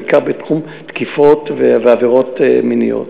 בעיקר בתחום תקיפות ועבירות מיניות.